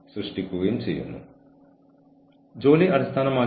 നിങ്ങൾ അത് വ്യക്തമാക്കൂ